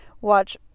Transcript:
watch